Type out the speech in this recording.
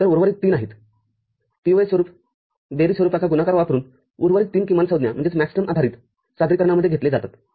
तरउर्वरित तीन आहे POS स्वरूप बेरीज स्वरूपाचा गुणाकार वापरून उर्वरित तीन कमाल संज्ञा आधारित सादरीकरणामध्ये घेतले जातात